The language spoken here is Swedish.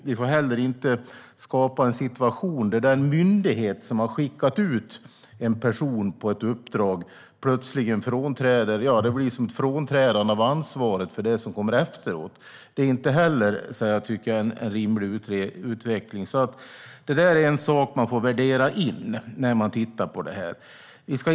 Vi får inte skapa en situation där en myndighet som har skickat ut en person på ett uppdrag plötsligen frånträder ansvaret för det som kommer efteråt. Det är inte en rimlig utveckling. Detta får man väga in när man tittar på detta.